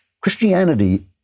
Christianity